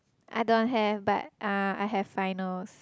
I don't have but uh I have finals